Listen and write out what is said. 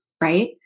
Right